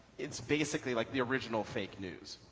it's basically, like the original fake news.